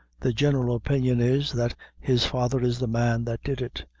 the general opinion is, that his father is the man that did it.